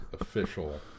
official